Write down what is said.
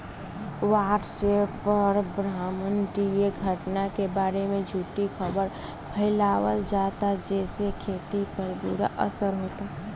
WhatsApp पर ब्रह्माण्डीय घटना के बारे में झूठी खबर फैलावल जाता जेसे खेती पर बुरा असर होता